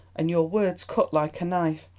and your words cut like a knife.